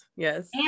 Yes